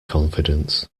confidence